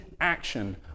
action